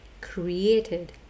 created